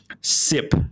sip